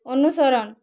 অনুসরণ